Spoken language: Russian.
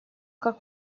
как